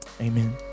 amen